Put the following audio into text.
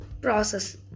process